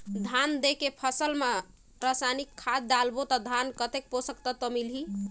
धान देंके फसल मा रसायनिक खाद डालबो ता धान कतेक पोषक तत्व मिलही?